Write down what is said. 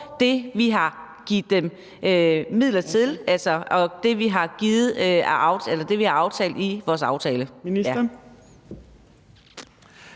det, vi har givet midler til, og som vi har aftalt i vores aftale.